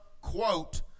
quote